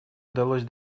удалось